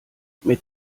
mit